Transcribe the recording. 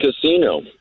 casino